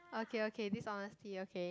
okay okay dishonesty okay